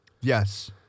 Yes